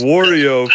Wario